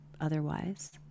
otherwise